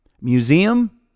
Museum